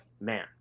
Man